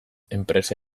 enpresa